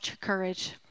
courage